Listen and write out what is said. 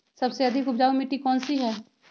सबसे अधिक उपजाऊ मिट्टी कौन सी हैं?